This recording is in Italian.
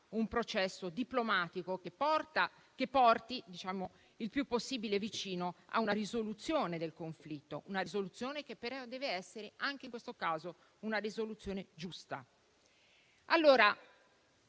un processo diplomatico che porti il più possibile vicino a una risoluzione del conflitto, che però deve essere, anche in questo caso, una risoluzione giusta.